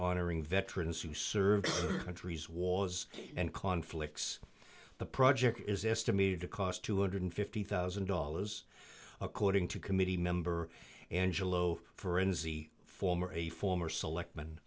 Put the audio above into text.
honoring veterans who served country's was and conflicts the project is estimated to cost two hundred and fifty thousand dollars according to committee member angelo for n z former a former select